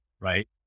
right